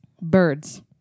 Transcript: birds